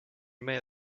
made